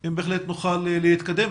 אם נוכל להתקדם.